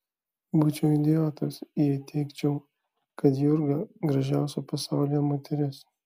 būčiau idiotas jei teigčiau kad jurga gražiausia pasaulyje moteris